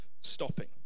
stopping